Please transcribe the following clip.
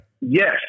Yes